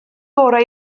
orau